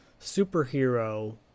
superhero